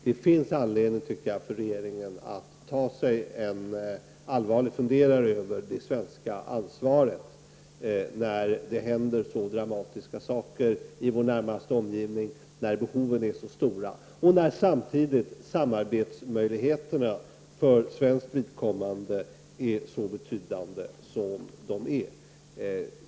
Det finns anledning, tycker jag, för regeringen att ta sig en allvarlig funderare över det svenska ansvaret, när det händer så dramatiska saker i vår närmaste omgivning, när behoven är så stora och när samtidigt samarbetsmöjligheterna för svenskt vidkommande är så betydande som de är.